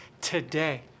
Today